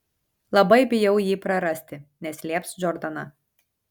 labai bijau jį prarasti neslėps džordana